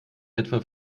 etwa